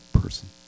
person